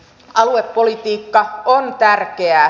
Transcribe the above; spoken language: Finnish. aluepolitiikka on tärkeää